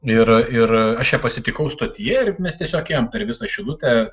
ir ir aš pasitikau stotyje ir mes tiesiog ėjom per visą šilutę